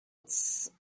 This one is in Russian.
тссс